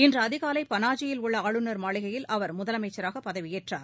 இன்று அதிகாலை பனாஜியில் உள்ள ஆளுநர் மாளிகையில் அவர் முதலமைச்சராக பதவியேற்றார்